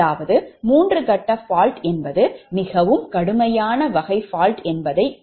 எனவே அதாவது மூன்று கட்ட fault என்பது மிகவும் கடுமையான வகை fault